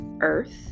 earth